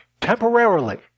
Temporarily